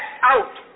out